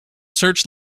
search